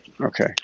Okay